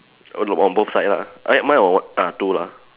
only on both sides lah eh mine got one ah two lah